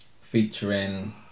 featuring